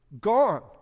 gone